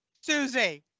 Susie